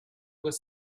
was